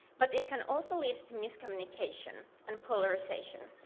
but it can also lead to miscommunication, and polarization,